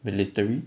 military